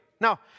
Now